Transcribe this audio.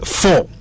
four